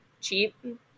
cheap